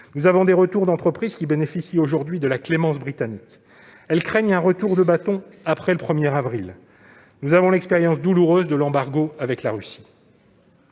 Nous avons des retours d'entreprises qui bénéficient aujourd'hui de la clémence britannique. Elles craignent un retour de bâton après le 1 avril prochain. À ce titre, nous avons l'expérience douloureuse de l'embargo avec la Russie.